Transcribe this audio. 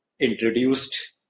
introduced